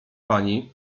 pani